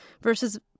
versus